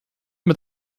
mit